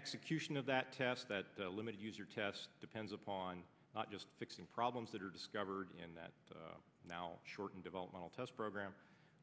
execution of that task that limited use your test depends upon not just fixing problems that are discovered in that now shortened developmental test program